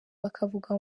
bakavuga